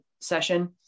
session